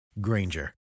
Granger